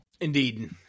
Indeed